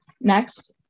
next